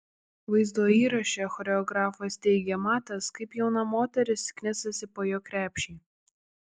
vaizdo įraše choreografas teigė matęs kaip jauna moteris knisasi po jo krepšį